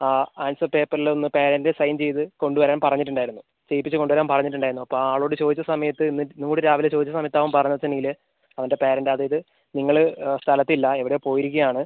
ആ ആൻസർ പേപ്പറിൽ ഒന്ന് പാരന്റ് സൈൻ ചെയ്ത് കൊണ്ട് വരാൻ പറഞ്ഞിട്ടുണ്ടായിരുന്നു ചെയ്യിപ്പിച്ച് കൊണ്ട് വരാൻ പറഞ്ഞിട്ടുണ്ടായിരുന്നു അപ്പം ആളോട് ചോദിച്ച സമയത്ത് ഇന്ന് ഇന്നും കൂടി രാവിലെ ചോദിച്ച സമയത്ത് അവൻ പറഞ്ഞതുണ്ടെങ്കിൽ അവൻ്റെ പാരന്റ് അതായത് നിങ്ങൾ സ്ഥലത്ത് ഇല്ല എവിടെയോ പോയിരിക്കുകയാണ്